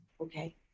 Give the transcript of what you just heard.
okay